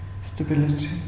stability